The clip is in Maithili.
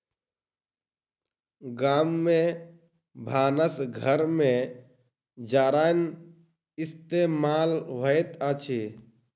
गाम में भानस घर में जारैन इस्तेमाल होइत अछि